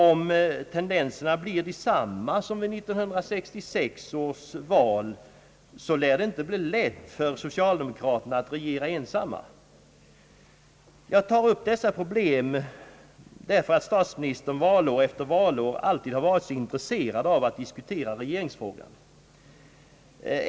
Om tendensen blir densamma som vid 1966 års val, lär det inte bli lätt för socialdemokraterna att regera ensamma. Jag tar upp dessa problem därför att statsministern valår efter valår alltid har varit så intresserad av att diskutera regeringsfrågan.